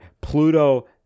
Pluto